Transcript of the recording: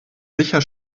sicher